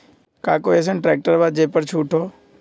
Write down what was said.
का कोइ अईसन ट्रैक्टर बा जे पर छूट हो?